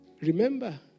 Remember